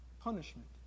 punishment